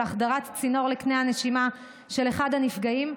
החדרת צינור לקנה הנשימה של אחד הנפגעים,